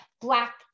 black